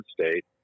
State